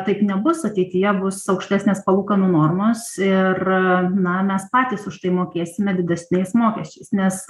taip nebus ateityje bus aukštesnės palūkanų normos ir na mes patys už tai mokėsime didesniais mokesčiais nes